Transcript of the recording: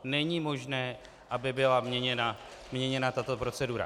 Není možné, aby byla měněna tato procedura.